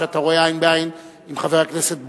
שאתה רואה עין בעין עם חבר הכנסת בוים.